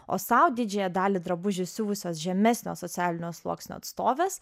o sau didžiąją dalį drabužių siuvusios žemesnio socialinio sluoksnio atstovės